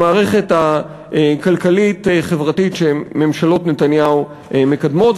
במערכת הכלכלית-חברתית שממשלות נתניהו מקדמות,